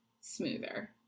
smoother